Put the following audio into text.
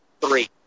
three